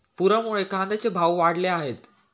पुरामुळे कांद्याचे भाव वाढले आहेत